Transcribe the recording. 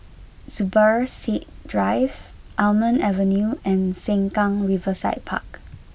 Zubir Said Drive Almond Avenue and Sengkang Riverside Park